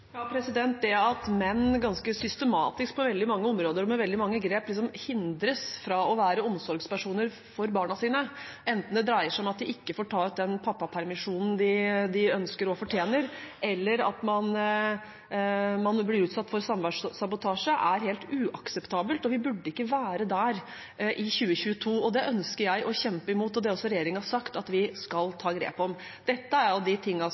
At menn ganske systematisk på veldig mange områder og med veldig mange grep liksom hindres fra å være omsorgspersoner for barna sine, enten det dreier seg om at de ikke får ta ut den pappapermisjonen de ønsker og fortjener, eller at man blir utsatt for samværssabotasje, er helt uakseptabelt. Vi burde ikke være der i 2022. Det ønsker jeg å kjempe imot, og det har også regjeringen sagt at vi skal ta grep om. Dette er også av de